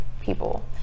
people